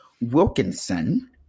Wilkinson